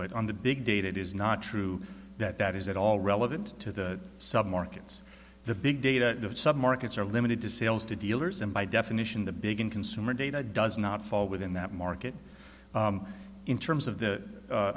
but on the big data it is not true that that is at all relevant to the sub markets the big data markets are limited to sales to dealers and by definition the big in consumer data does not fall within that market in terms of the